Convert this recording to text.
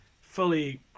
fully